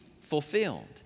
fulfilled